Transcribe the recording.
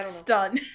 stunned